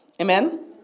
Amen